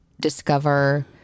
discover